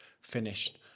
finished